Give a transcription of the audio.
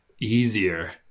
Easier